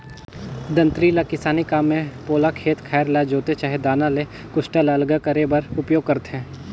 दँतरी ल किसानी काम मे पोला खेत खाएर ल जोते चहे दाना ले कुसटा ल अलगे करे बर उपियोग करथे